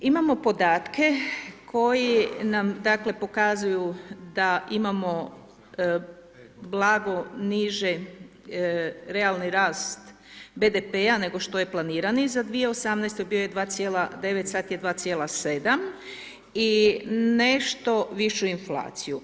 Imamo podatke koji nam, dakle, pokazuju da imamo blago niži realni rast BDP-a nego što je planirani za 2018., bio je 2,9, sada je 2,7 i nešto višu inflaciju.